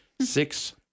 six